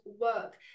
work